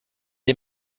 est